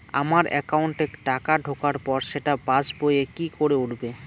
আমার একাউন্টে টাকা ঢোকার পর সেটা পাসবইয়ে কি করে উঠবে?